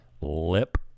lip